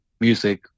music